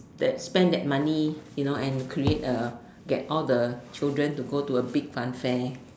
that spend that money you know and create a get all the children to go to a big fun fair